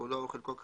כולו או חלקו כאמור,